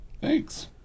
Thanks